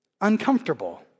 uncomfortable